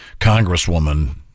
congresswoman